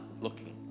looking